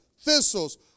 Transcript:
thistles